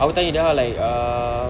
aku tanya dia ah like uh